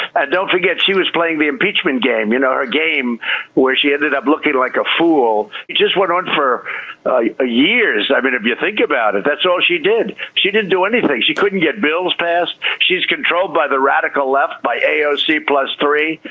and don't forget, she was playing the impeachment game, you know, her game where she ended up looking like a fool. it just went on for ah years. i mean, if you think about it, that's all she did. she didn't do anything. she couldn't get bills passed. she's controlled by the radical left, by aoc ah plus three.